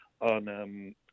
on